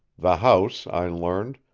the house, i learned,